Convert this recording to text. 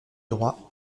droit